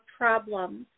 problems